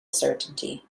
certainty